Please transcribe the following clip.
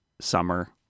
summer